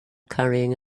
carrying